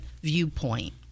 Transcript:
viewpoint